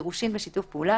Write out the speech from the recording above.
גירושין בשיתוף פעולה,